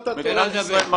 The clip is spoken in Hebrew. מדינת ישראל,